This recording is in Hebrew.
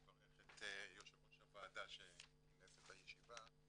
מברך את יושב-ראש הוועדה שכינס את הישיבה.